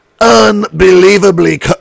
unbelievably